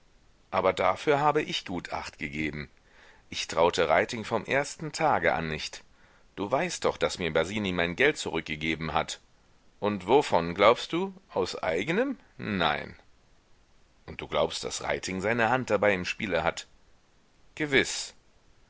aber dafür habe ich gut achtgegeben ich traute reiting vom ersten tage an nicht du weißt doch daß mir basini mein geld zurückgegeben hat und wovon glaubst du aus eigenem nein und du glaubst daß reiting seine hand dabei im spiele hat gewiß